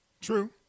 True